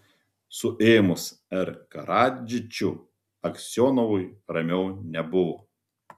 suėmus r karadžičių aksionovui ramiau nebuvo